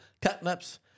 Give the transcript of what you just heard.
catnaps